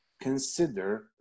consider